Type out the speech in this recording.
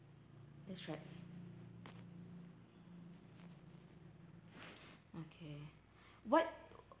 that's right okay what